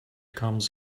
comes